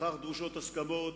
לכך דרושות הסכמות,